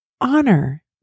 Honor